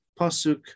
Pasuk